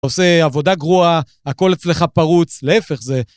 עושה עבודה גרועה, הכל אצלך פרוץ, להפך זה...